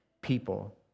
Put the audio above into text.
people